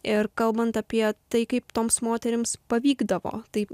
ir kalbant apie tai kaip toms moterims pavykdavo tai